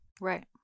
right